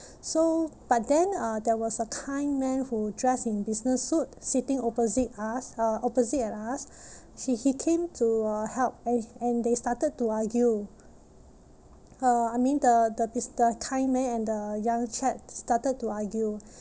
so but then uh there was a kind man who dressed in business suit sitting opposite us uh opposite at us he he came to uh help and and they started to argue uh I mean the the bus~ the kind man and the young chap started to argue